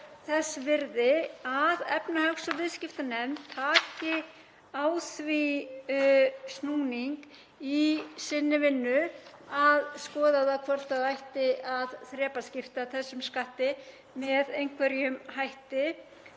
þess virði að efnahags- og viðskiptanefnd taki á því snúning í sinni vinnu að skoða hvort það ætti að þrepaskipta þessum skatti með einhverjum hætti.